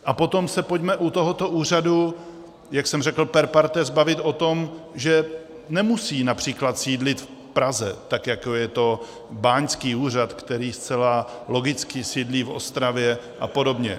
A potom se pojďme u tohoto úřadu, jak jsem řekl, per partes, bavit o tom, že nemusí například sídlit v Praze, tak jako je to báňský úřad, který zcela logicky sídlí v Ostravě, a podobně.